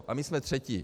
A my jsme třetí.